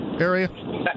area